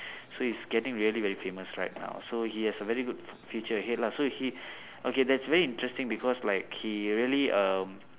so he's getting very very famous right now so he has a very good future ahead lah so he okay that's very interesting because like he really uh